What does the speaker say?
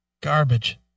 Garbage